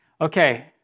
Okay